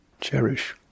cherish